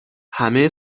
همه